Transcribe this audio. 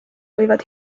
võivad